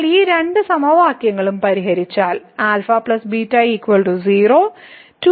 നിങ്ങൾ ഈ രണ്ട് സമവാക്യങ്ങളും പരിഹരിച്ചാൽ α β 0 2α β 6